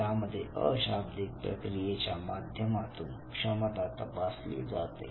यामध्ये अशाब्दिक प्रक्रियेच्या माध्यमातून क्षमता तपासली जाते